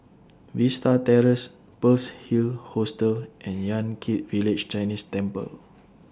Vista Terrace Pearl's Hill Hostel and Yan Kit Village Chinese Temple